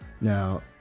Now